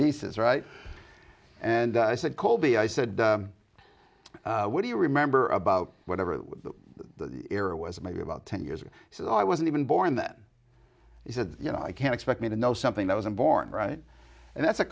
nieces right and i said colby i said what do you remember about whatever the era was maybe about ten years ago so i wasn't even born then he said you know i can expect me to know something that wasn't born and that's a